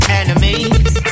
enemies